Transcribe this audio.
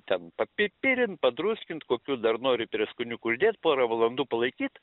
ten papipirint padruskint kokių dar nori prieskoniukų uždėt porą valandų palaikyt